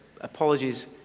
Apologies